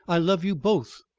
i love you both.